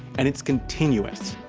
and it's continuous.